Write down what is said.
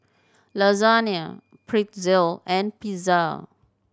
Lasagne Pretzel and Pizza